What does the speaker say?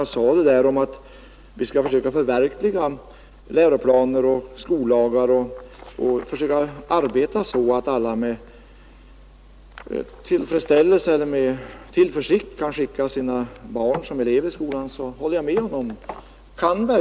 Herr Alemyr sade att vi skall arbeta på att försöka utforma läroplaner och skollagar så att alla med tillförsikt kan skicka sina barn som elever till skolan.